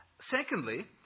Secondly